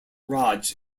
raj